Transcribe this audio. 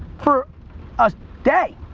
for a day,